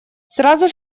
сразу